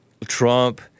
Trump